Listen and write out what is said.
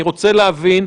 אני רוצה להבין,